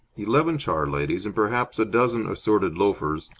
eleven charladies, and perhaps a dozen assorted loafers,